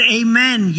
amen